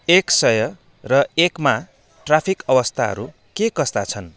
एक सय र एकमा ट्राफिक अवस्थाहरू के कस्ता छन्